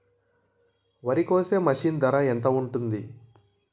వరి కోసే మిషన్ ధర ఎంత ఉంటుంది?